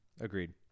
Agreed